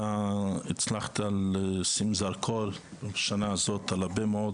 אתה הצלחת לשים זרקור השנה הזאת על הרבה מאוד